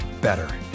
better